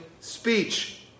speech